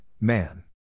man